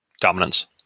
Dominance